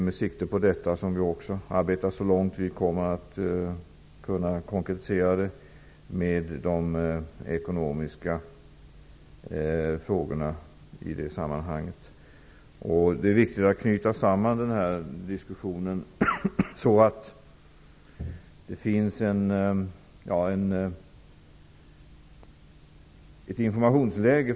Med sikte på detta arbetar vi så långt vi hinner med de konkreta ekonomiska frågorna i detta sammanhang. Det är viktigt att knyta samman den här diskussionen så att det finns ett informationsläge.